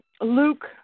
luke